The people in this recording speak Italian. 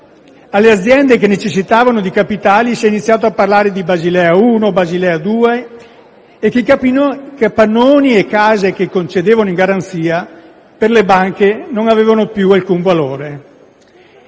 Alle aziende che necessitavano di capitali si è iniziato a parlare di Basilea 1 e Basilea 2, e i capannoni e le case che concedevano in garanzia per le banche non avevano più alcun valore,